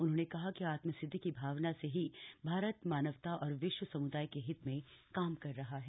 उन्होंने कहा कि आत्म सिद्धि की भावना से ही भारत मानवता और विश्व सम्दाय के हित में काम कर रहा है